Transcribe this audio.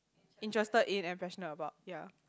interested in and passionate about ya